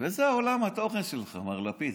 זה עולם התוכן שלך, מר לפיד.